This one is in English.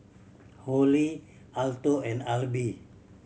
Holli Alto and Alby